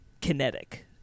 kinetic